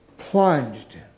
plunged